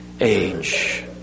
age